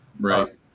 Right